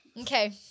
Okay